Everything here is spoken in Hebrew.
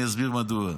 אני אסביר מדוע.